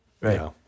right